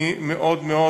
אני מקווה מאוד מאוד